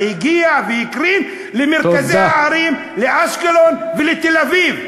זה הגיע והקרין למרכזי הערים: לאשקלון ולתל-אביב.